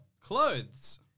clothes